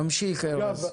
תמשיך, ארז.